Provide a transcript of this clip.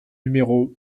numéro